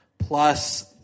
Plus